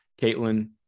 Caitlin